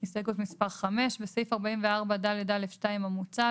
5. בסעיף 44ד(א)(2) המוצע,